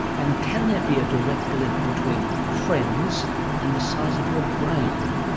and can there be a direct link between friends and the size of your brain?